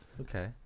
Okay